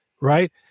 Right